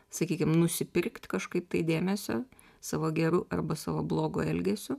sakykim nusipirkt kažkaip tai dėmesio savo geru arba savo blogu elgesiu